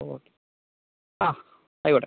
okay ആ ആയിക്കോട്ടെ